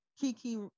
Kiki